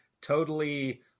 totally-